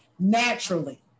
Naturally